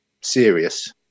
serious